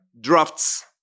drafts